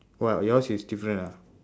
what yours is different ah